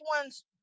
one's